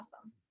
awesome